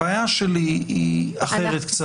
הבעיה שלי היא קצת אחרת.